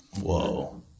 Whoa